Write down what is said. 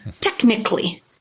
technically